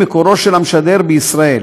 מקורו של המשדר בישראל.